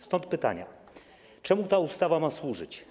Stąd pytania: Czemu ta ustawa ma służyć?